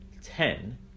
ten